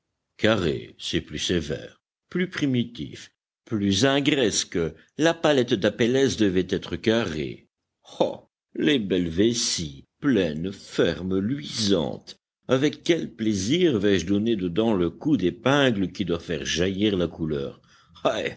carrée c'est plus sévère plus primitif plus ingresque la palette d'apelles devait être carrée oh les belles vessies pleines fermes luisantes avec quel plaisir vais-je donner dedans le coup d'épingle qui doit faire jaillir la couleur